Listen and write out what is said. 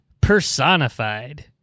personified